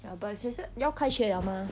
ya but 学校要开学了吗